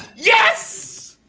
yes!